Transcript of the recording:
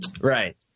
Right